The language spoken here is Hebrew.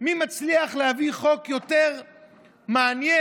מי מצליח להביא חוק יותר מעניין,